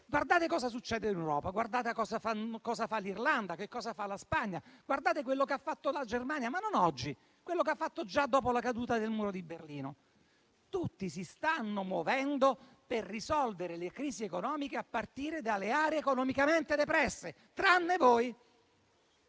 guardate cosa succede in Europa, guardate cosa fanno l'Irlanda e la Spagna, guardate quello che ha fatto la Germania, non oggi, ma già dopo la caduta del muro di Berlino. Tutti si stanno muovendo per risolvere le crisi economiche a partire dalle aree economicamente depresse, tranne voi.